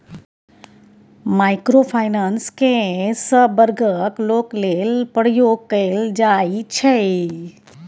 micro finance केँ सब बर्गक लोक लेल प्रयोग कएल जाइ छै